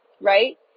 right